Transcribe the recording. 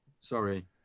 sorry